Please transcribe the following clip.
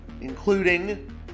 including